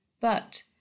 But